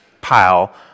pile